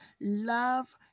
love